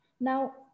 Now